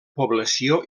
població